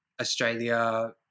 australia